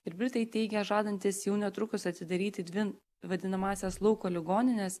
ir britai teigia žadantys jau netrukus atidaryti dvi vadinamąsias lauko ligonines